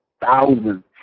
thousands